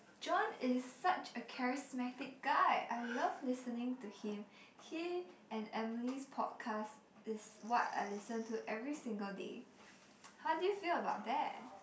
John is such a charismatic guy I love listening to him he and Emily's podcast is what I listen to every single day how do you feel about that